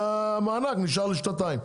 והמענק נשאר רק לשנתיים.